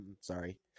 Sorry